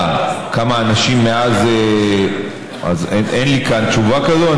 כמה אנשים, אז אין לי כאן תשובה כזאת.